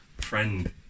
friend